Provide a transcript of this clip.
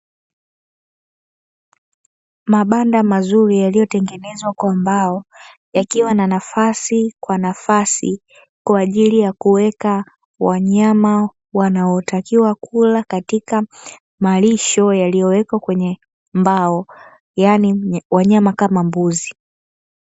Mabanda mazuri yaliyotengenezwa kwa mbao, yakiwa na nafasi kwa nafasi kwa ajili ya kuweka wanyama wanaotakiwa kula katika malisho yaliyowekwa kwenye mbao, yaani wanyama kama mbuzi.